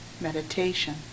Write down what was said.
meditation